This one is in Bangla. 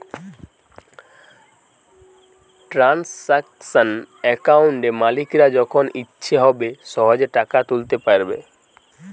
ট্রানসাকশান অ্যাকাউন্টে মালিকরা যখন ইচ্ছে হবে সহেজে টাকা তুলতে পাইরবে